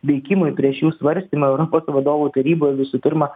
veikimui prie šių svarstymų europos vadovų taryboj visų pirma